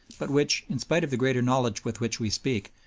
but which, in spite of the greater knowledge with which we speak,